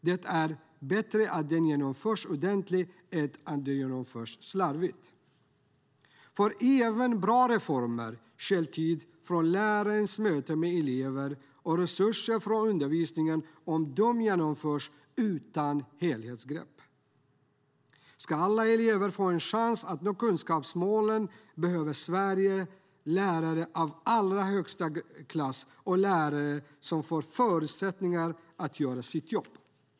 Det är bättre att den genomförs ordentligt än att den genomförs slarvigt, för även bra reformer stjäl tid från lärarens möte med eleven och resurser från undervisningen om de genomförs utan ett helhetsgrepp. Ska alla elever få en chans att nå kunskapsmålen behöver Sverige lärare av allra högsta klass och som får förutsättningar att göra sitt jobb.